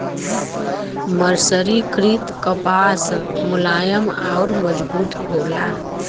मर्सरीकृत कपास मुलायम आउर मजबूत होला